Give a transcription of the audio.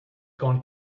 gone